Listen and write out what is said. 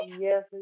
Yes